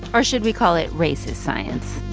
or should we call it racist science?